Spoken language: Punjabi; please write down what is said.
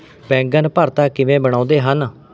ਬੈਂਗਨ ਭਰਥਾ ਕਿਵੇਂ ਬਣਾਉਂਦੇ ਹਨ